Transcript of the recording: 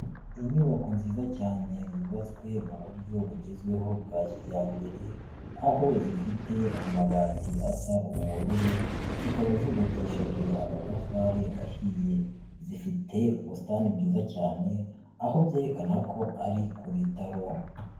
Inyubako nziza cyane zubabatswe mu buryo bugezweho bwa kijyambere aho zifite amabati asa ubururu zikaba zubakishije amatafari ahiye, zifite ubusitantani bwiza cyane aho byerekana ko ari ku bitaro.